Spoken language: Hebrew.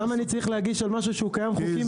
אבל למה אני צריך להגיש על משהו שמראש קיים באופן חוקי?